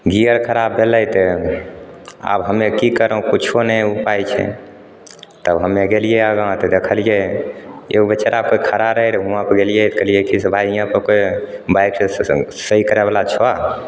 gear खराब भेलै तऽ आब हमे करौँ किछु नहि उपाइ छै तब हमे गेलिए आगाँ तऽ देखलिए एगो बेचारा कोइ खड़ा रहै रऽ हुआँपर गेलिए कहलिए कि से भाइ हिआँपर कोइ बाइकसे सही करैवला छऽ